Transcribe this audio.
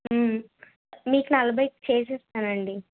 మీకు నలభైకి చేసిస్తానండి